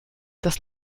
dass